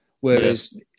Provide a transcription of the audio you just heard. whereas